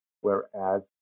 whereas